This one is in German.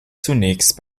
zunächst